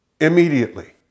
immediately